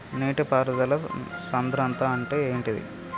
నీటి పారుదల సంద్రతా అంటే ఏంటిది?